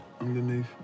underneath